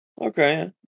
Okay